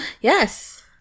Yes